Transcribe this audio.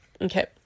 Okay